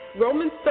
Romans